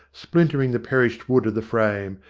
splintering the perished wood of the frame,